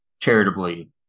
charitably